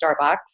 Starbucks